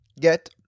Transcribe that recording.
get